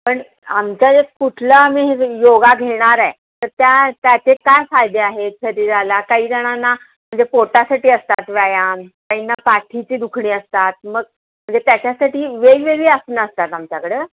पण आमचं जे कुठलं आम्ही योगा घेणार आहे तर त्या त्याचे काय फायदे आहेत शरीराला काही जणांना म्हणजे पोटासाठी असतात व्यायाम काहींना पाठीची दुखणी असतात मग म्हणजे त्याच्यासाठी वेगवेगळी आसनं असतात आमच्याकडं